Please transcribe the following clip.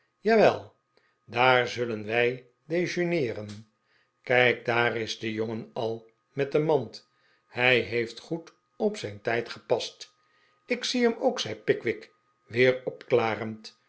jawel daar zullen wij dejeuneeren kijk daar is de jongen al met de mand hij heeft goed op zijn tijd gepast ik zie hem ook zei pickwick weer opklarend